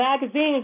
magazines